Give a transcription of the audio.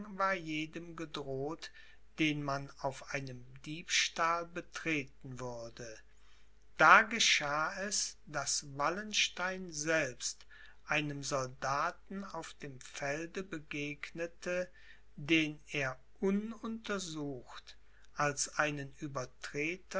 war jedem gedroht den man auf einem diebstahl betreten würde da geschah es daß wallenstein selbst einem soldaten auf dem felde begegnete den er ununtersucht als einen